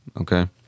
Okay